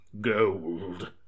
Gold